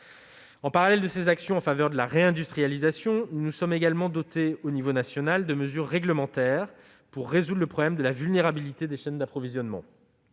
En parallèle de ces actions en faveur de la réindustrialisation, nous nous sommes également dotés, sur le plan national, de mesures réglementaires pour résoudre le problème de la vulnérabilité des chaînes d'approvisionnement.